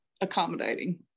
accommodating